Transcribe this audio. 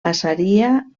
passaria